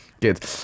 Good